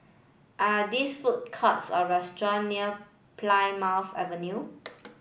are this food courts or restaurant near Plymouth Avenue